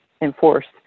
enforced